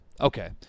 Okay